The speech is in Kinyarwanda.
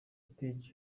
page